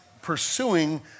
pursuing